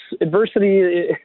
adversity